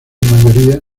mayoría